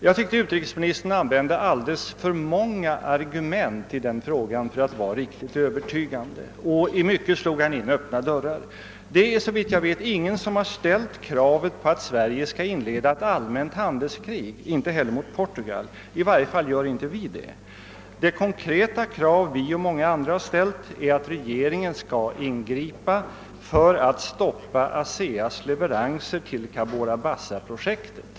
Jag tyckte att utrikesministern i den här frågan använde alldeles för många argument för att vara riktigt övertygande. I flera fall slog han in öppna dörrar. Såvitt jag vet har ingen ställt något krav på att Sverige skall inleda ett allmänt handelskrig, inte heller mot Portugal. Vi gör i varje fall inte det. Det konkreta krav som vi och många andra har ställt innebär att regeringen skall ingripa för att stoppa ASEA:s 1everanser till Cabora Bassa-projektet.